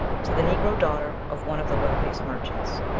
to the negro daughter of one of the wealthiest merchants.